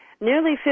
Nearly